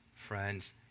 friends